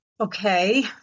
Okay